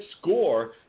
score